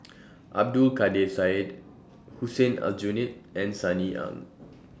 Abdul Kadir Syed Hussein Aljunied and Sunny Ang